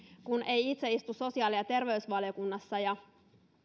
kun ei itse istu sosiaali ja terveysvaliokunnassa ja